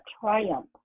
triumph